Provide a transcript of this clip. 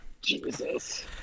Jesus